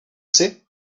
c’est